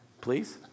Please